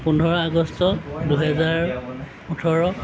পোন্ধৰ আগষ্ট দুহেজাৰ ওঠৰ